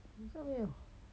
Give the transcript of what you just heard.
好像没有